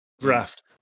Draft